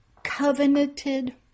covenanted